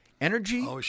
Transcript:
Energy